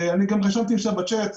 אני גם רשמתי שם בצ'אט,